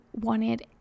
wanted